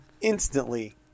instantly